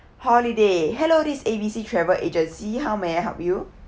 holiday hello this is A_B_C travel agency how may I help you